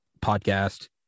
podcast